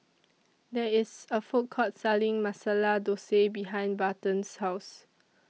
There IS A Food Court Selling Masala Dosa behind Barton's House